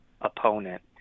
opponent